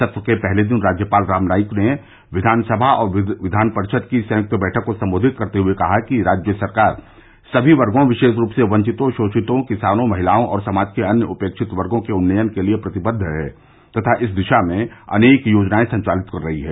सत्र के पहले दिन राज्यपाल राम नाईक ने विधानसभा और विधान परिषद की संयुक्त बैठक को संबोधित करते हुए कहा कि राज्य सरकार सभी वर्गो विशेष रूप से वंचितों शोपितों किसानों महिलाओं और समाज के अन्य उपेक्षित वर्गो के उन्नयन के लिये प्रतिबद्ध है तथा इस दिशा में अनेक योजनाएं संचालित कर रही है